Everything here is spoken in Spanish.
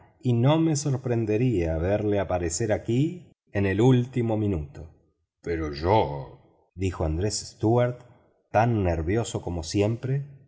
y no me sorprendería verlo aparecer aquí en el último momento pues yo dijo andrés stuart tan nervioso como siempre